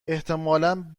احتمالا